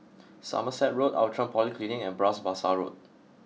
Somerset Road Outram Polyclinic and Bras Basah Road